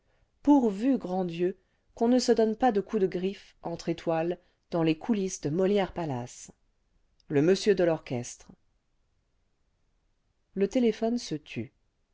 pourvu grand dieu qu'on ne se donne pas de coups de griffes entre étoiles dans les coulisses de molière palace la belle mme f le monsieur de l'orchestre le téléphone se tut